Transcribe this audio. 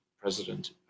president